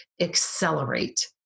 accelerate